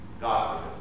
God